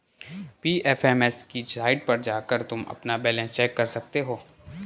PFMS की site पर जाकर तुम अपना बैलन्स चेक कर सकते हो